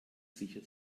sicher